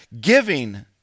giving